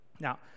Now